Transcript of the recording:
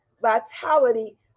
vitality